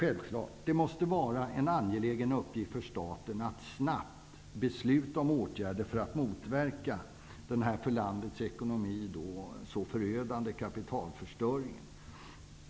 Det måste självfallet vara en angelägen uppgift för staten att snabbt besluta om åtgärder för att motverka denna för landets ekonomi så förödande kapitalförstöring.